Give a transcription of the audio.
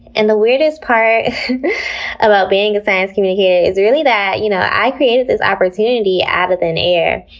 and the weirdest part about being a science communicator is, really, that you know i created this opportunity out of thin air.